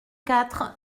quatre